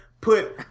put